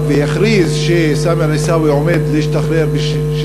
ויכריז שסאמר עיסאווי עומד להשתחרר ב-6